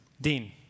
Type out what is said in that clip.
Dean